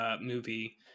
movie